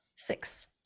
Six